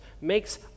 makes